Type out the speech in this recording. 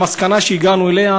המסקנה שהגענו אליה: